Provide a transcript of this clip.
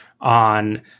on